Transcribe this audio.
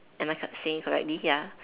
am I co~ saying it correctly ya